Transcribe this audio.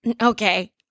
Okay